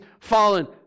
fallen